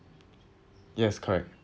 yes correct